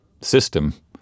system